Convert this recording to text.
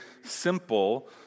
simple